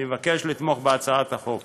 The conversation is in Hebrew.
אני מבקש לתמוך בהצעת החוק.